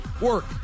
work